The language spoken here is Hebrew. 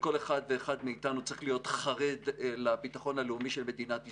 וכל אחד ואחד מאיתנו צריך להיות חרד לביטחון הלאומי של מדינת ישראל.